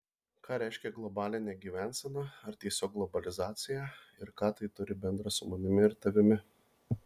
ką reiškia globalinė gyvensena ar tiesiog globalizacija ir ką tai turi bendra su manimi ir tavimi